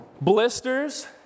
Blisters